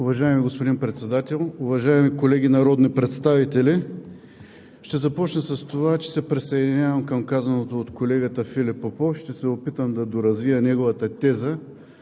Уважаеми господин Председател, уважаеми колеги народни представители! Ще започна с това, че се присъединявам към казаното от колегата Филип Попов. Ще се опитам да доразвия неговата теза,